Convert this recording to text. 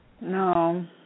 No